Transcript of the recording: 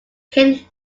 cane